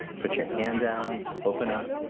put your hand down, open up.